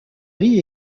riz